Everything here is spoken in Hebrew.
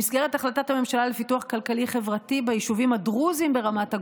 במסגרת החלטת הממשלה לפיתוח כלכלי-חברתי ביישובים הדרוזיים ברמת הגולן,